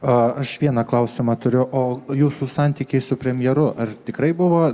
aš vieną klausimą turiu o jūsų santykiai su premjeru ar tikrai buvo